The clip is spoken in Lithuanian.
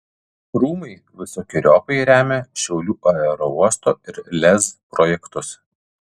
rūmai visokeriopai remia šiaulių aerouosto ir lez projektus